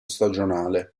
stagionale